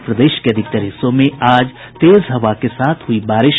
और प्रदेश के अधिकतर हिस्सों में आज तेज हवा के साथ हुई बारिश